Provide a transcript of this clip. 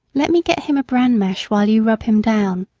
let me get him a bran mash while you rub him down,